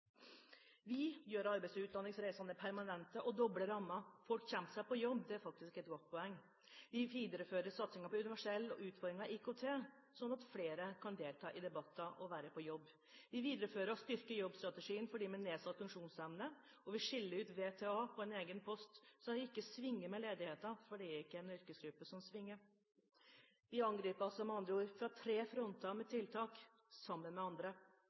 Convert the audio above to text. Vi gjør arbeids- og utdanningsreisene permanente og dobler rammen. Folk kommer seg på jobb, det er faktisk et godt poeng. Vi viderefører satsingen på universelt utformet IKT sånn at flere kan delta i debatter og være på jobb. Vi viderefører og styrker jobbstrategien for dem med nedsatt funksjonsevne, og vi skiller ut VTA på en egen post, sånn at den ikke svinger med ledigheten, for det er ikke en yrkesgruppe som svinger. Vi angriper altså fra tre fronter med tiltak – sammen med andre.